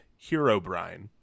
Herobrine